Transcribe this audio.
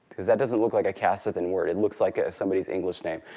because that doesn't look like a castithan word. it looks like somebody's english name.